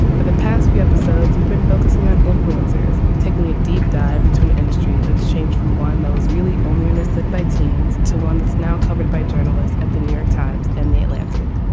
for the past few episodes we've been focusing on influencers taking a deep dive into an industry that's changed from one that was really only understood by teens to one that's now covered by journalists at the new york times and the atlantic.